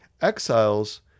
Exiles